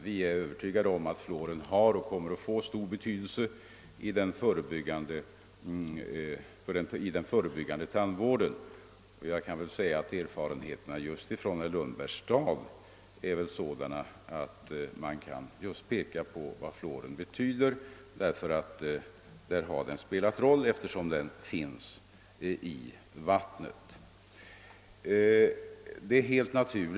Vi är övertygade om att fluoren har och kommer att få stor betydelse i den förebyggande tandvården. Erfarenheterna från bl.a. herr Lundbergs stad pekar i den riktningen; där har fluoren spelat en roll, eftersom den redan finns i vattnet av naturen.